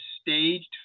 staged